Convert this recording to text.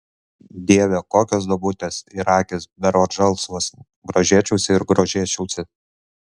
dieve kokios duobutės ir akys berods žalsvos grožėčiausi ir grožėčiausi